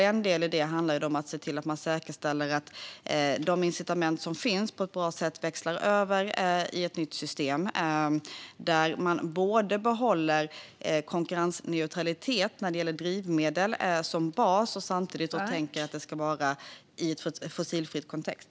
En del av detta handlar om att säkerställa att de incitament som finns på ett bra sätt växlar över i ett nytt system, där man som bas behåller konkurrensneutralitet när det gäller drivmedel men samtidigt tänker att det ska vara i en fossilfri kontext.